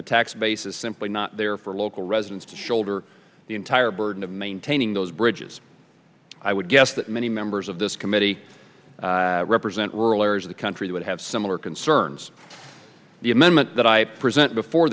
the tax base is simply not there for local residents to shoulder the entire burden of maintaining those bridges i would guess that many members of this committee represent rural areas of the country would have similar concerns the amendment that i present before